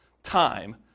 time